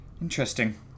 Interesting